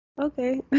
okay